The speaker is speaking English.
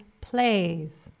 plays